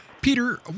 Peter